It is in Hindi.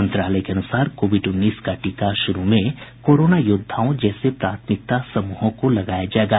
मंत्रालय के अनुसार कोविड उन्नीस का टीका शुरू में कोरोना योद्धाओं जैसे प्राथमिकता समूहों को लगाया जाएगा